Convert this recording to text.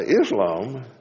Islam